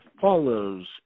follows